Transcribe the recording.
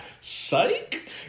Psych